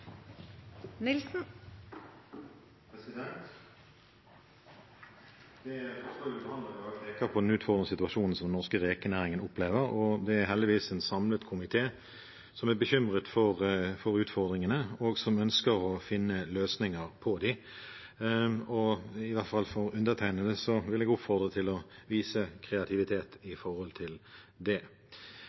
Det forslaget vi behandler i dag, peker på den utfordrende situasjonen som den norske rekenæringen opplever. Det er heldigvis en samlet komité som er bekymret for utfordringene, og som ønsker å finne løsninger på dem. I hvert fall jeg vil oppfordre til å vise kreativitet når det gjelder det.